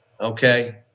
okay